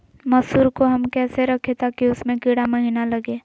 मसूर को हम कैसे रखे ताकि उसमे कीड़ा महिना लगे?